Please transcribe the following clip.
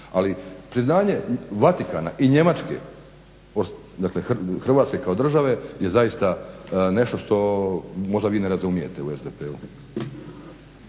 ali priznanje Vatikana i Njemačke Hrvatske kao države je zaista je nešto što možda vi ne razumijete u SDP-u.